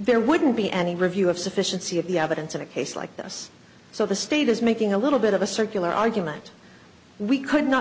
there wouldn't be any review of sufficiency of the evidence in a case like this so the state is making a little bit of a circular argument we could not